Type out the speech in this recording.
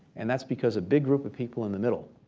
and that's because a big group of people in the middle,